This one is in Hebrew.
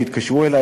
שיתקשרו אלי,